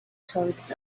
towards